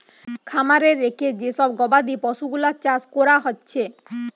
খামারে রেখে যে সব গবাদি পশুগুলার চাষ কোরা হচ্ছে